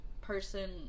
person